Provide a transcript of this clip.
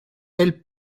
elle